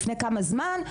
לפני כמה זמן?